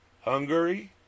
Hungary